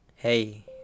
hey